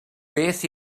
beth